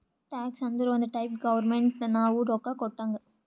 tax ಅಂದುರ್ ಒಂದ್ type government ನಾವು ರೊಕ್ಕಾ ಕೊಟ್ಟಂಗ್